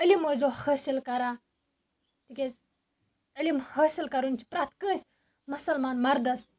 علم ٲسۍزیو حٲصِل کران تِکیٛازِ علم حٲصِل کَرُن چھُ پرٛٮ۪تھ کٲنٛسہِ مُسلمان مردَس